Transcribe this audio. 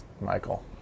Michael